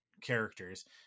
characters